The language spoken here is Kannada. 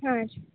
ಹ್ಞೂ